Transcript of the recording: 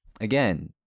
Again